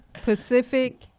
Pacific